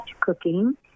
cooking